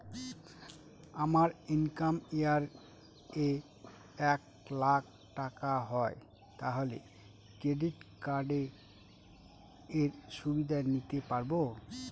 আমার income year এ এক লাক টাকা হয় তাহলে ক্রেডিট কার্ড এর সুবিধা নিতে পারবো?